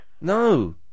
No